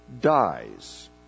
dies